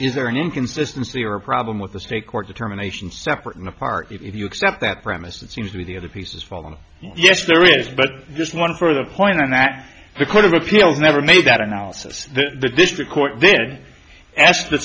there an inconsistency or a problem with the state court determination separate and apart if you accept that premise what seems to be the other pieces fall on yes there is but just one further point and that the court of appeals never made that analysis the district court did ask the